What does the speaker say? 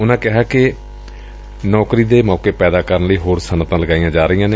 ਉਨੂਾ ਕਿਹਾ ਕਿ ਨੌਕਰੀ ਦੇ ਮੌਕੇ ਪੈਦਾ ਕਰਨ ਲਈ ਹੋਰ ਸੱਨਅਤਾ ਲਗਾਈਆਂ ਜਾ ਰਹੀਆਂ ਨੇ